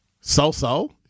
So-so